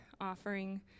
offering